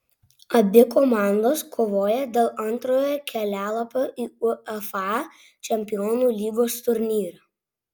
abi komandos kovoja dėl antrojo kelialapio į uefa čempionų lygos turnyrą